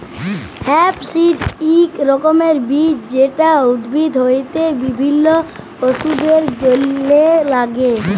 hemp seed এক রকমের বীজ যেটা উদ্ভিদ হইতে বিভিল্য ওষুধের জলহে লাগ্যে